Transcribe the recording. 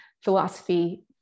Philosophy